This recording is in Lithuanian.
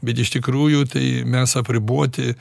bet iš tikrųjų tai mes apriboti